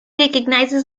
recognises